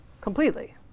Completely